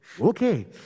Okay